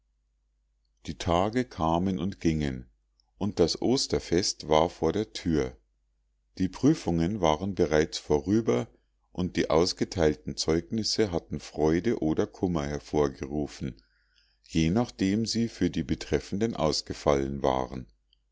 die tage kamen und gingen und das osterfest war vor der thür die prüfungen waren bereits vorüber und die ausgeteilten zeugnisse hatten freude oder kummer hervorgerufen je nachdem sie für die betreffenden ausgefallen waren